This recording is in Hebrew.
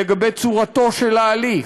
לגבי צורתו של ההליך,